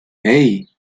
hey